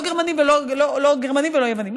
לא גרמניים ולא יווניים.